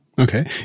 Okay